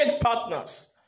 partners